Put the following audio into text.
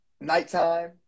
nighttime